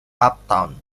uptown